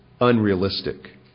unrealistic